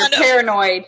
paranoid